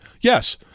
yes